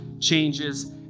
changes